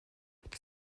die